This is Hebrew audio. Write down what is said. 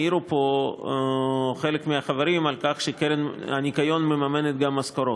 העירו פה חלק מהחברים על כך שהקרן מממנת גם משכורות.